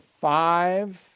five